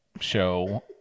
show